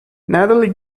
natalie